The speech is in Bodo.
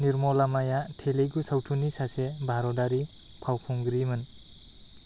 निर्मलामाया तेलुगु सावथुननि सासे भारतारि फावखुंग्रिमोन